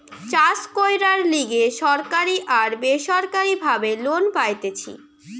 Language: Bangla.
চাষ কইরার লিগে সরকারি আর বেসরকারি ভাবে লোন পাইতেছি